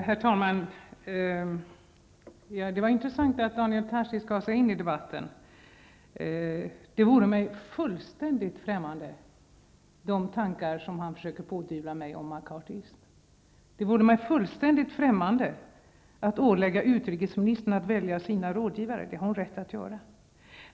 Herr talman! Det var intressant att Daniel Tarschys gav sig in i debatten. De tankar som han försöker pådyvla mig om McCarthyism är mig fullständigt främmande. Det är mig fullständigt främmande att föreskriva utrikesministern vilka rådgivare hon skall välja. Det har hon rätt att göra.